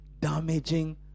damaging